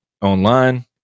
online